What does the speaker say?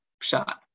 shot